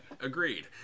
Agreed